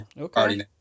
okay